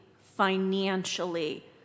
financially